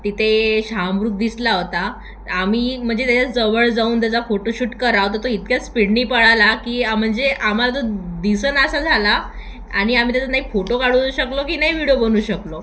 तिथे शहामृग दिसला होता आम्ही म्हणजे त्याच्याजवळ जाऊन त्याचा फोटोशूट करावा तर तो इतक्याच स्पीडने पळाला की म्हणजे आम्हाला तो दिसेनासा झाला आणि आम्ही त्याचा नाही फोटो काढू शकलो की नाही विडो बनवू शकलो